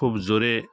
খুব জোরে